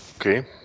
Okay